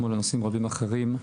כמו לנושאים רבים אחרים,